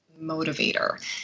motivator